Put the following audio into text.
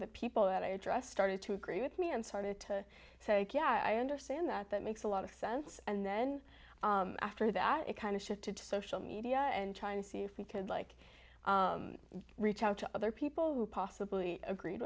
of the people that i address started to agree with me and started to so yeah i understand that that makes a lot of sense and then after that it kind of shifted to social media and trying to see if we could like reach out to other people who possibly agreed